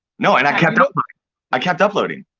no and i kept um i kept uploading.